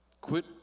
Quit